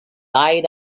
lied